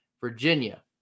Virginia